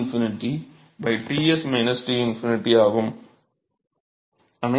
T T∞ Ts T∞ ஆகும்